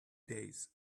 days